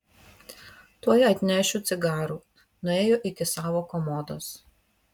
tuoj atnešiu cigarų nuėjo iki savo komodos